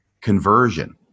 conversion